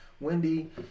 Wendy